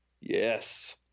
yes